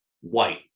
white